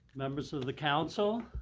members of the council,